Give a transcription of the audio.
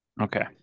Okay